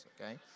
okay